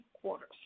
quarters